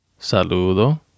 Saludo